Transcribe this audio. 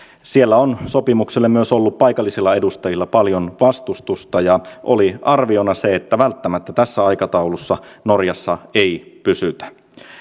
siellä on sopimukselle myös ollut paikallisilla edustajilla paljon vastustusta ja oli arviona se että välttämättä tässä aikataulussa norjassa ei pysytä